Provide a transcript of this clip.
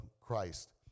Christ